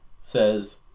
says